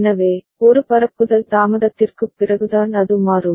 எனவே ஒரு பரப்புதல் தாமதத்திற்குப் பிறகுதான் அது மாறும்